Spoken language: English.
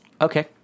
okay